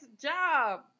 job